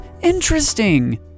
interesting